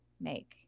make